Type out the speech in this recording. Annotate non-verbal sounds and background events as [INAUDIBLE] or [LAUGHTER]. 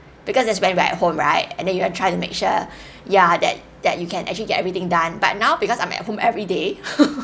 because that's when we're at home right and then you'll try to make sure ya that that you can actually get everything done but now because I'm at home every day [LAUGHS]